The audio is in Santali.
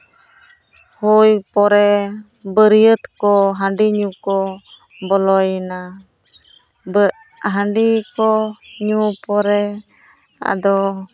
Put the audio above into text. ᱦᱩᱭ ᱯᱚᱨᱮ ᱵᱟᱹᱨᱭᱟᱹᱛ ᱠᱚ ᱦᱟᱺᱰᱤ ᱧᱩ ᱠᱚ ᱵᱚᱞᱚᱭᱮᱱᱟ ᱦᱟᱺᱰᱤ ᱠᱚ ᱧᱩ ᱯᱚᱨᱮ ᱟᱫᱚ